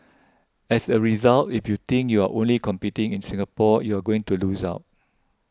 as a result if you think you're only competing in Singapore you're going to lose out